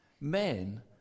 Men